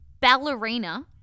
ballerina